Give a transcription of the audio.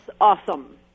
Awesome